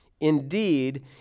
Indeed